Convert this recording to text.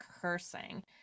cursing